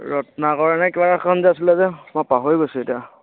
ৰত্নাকৰ নে কিবা এখন আছিলে যে মই পাহৰি গৈছোঁ এতিয়া